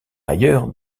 ailleurs